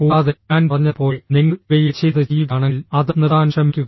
കൂടാതെ ഞാൻ പറഞ്ഞതുപോലെ നിങ്ങൾ ഇവയിൽ ചിലത് ചെയ്യുകയാണെങ്കിൽ അത് നിർത്താൻ ശ്രമിക്കുക